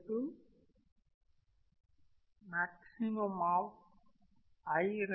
xi xi 1